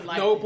no